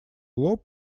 лоб